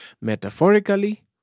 metaphorically